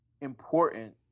important